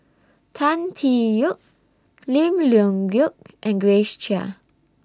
Tan Tee Yoke Lim Leong Geok and Grace Chia